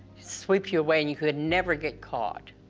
sweep you away and you could never get caught.